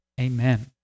amen